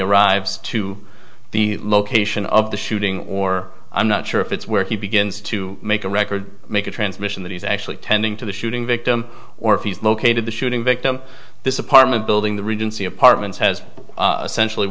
arrives to the location of the shooting or i'm not sure if it's where he begins to make a record make a transmission that he's actually tending to the shooting victim or if he's located the shooting victim this apartment building the regency apartments has essentially